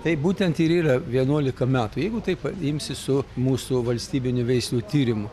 tai būtent ir yra vienuolika metų jeigu taip imsi su mūsų valstybinių veislių tyrimu